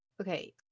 okay